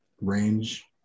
range